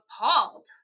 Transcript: appalled